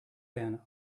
ten